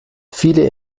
viele